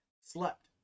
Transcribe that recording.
slept